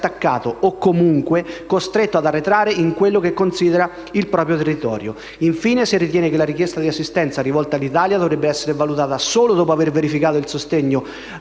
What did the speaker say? attaccato o comunque costretto ad arretrare in quello che considera il proprio territorio. Infine, vorrei sapere se ritiene che la richiesta di assistenza rivolta all'Italia dovrebbe essere valutata solo dopo aver verificato il sostegno